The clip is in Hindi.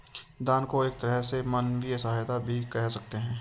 दान को एक तरह से मानवीय सहायता भी कह सकते हैं